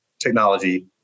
technology